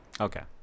Okay